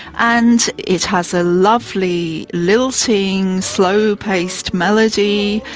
and it has a lovely lilting slow-paced melody,